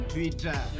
Twitter